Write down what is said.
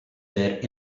were